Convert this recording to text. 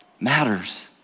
matters